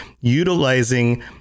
utilizing